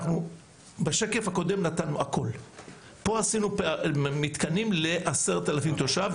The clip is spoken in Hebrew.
בשקף הקודם נתנו הכל ופה עשינו מתקנים ל-10,000 תושבים,